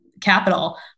capital